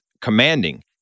commanding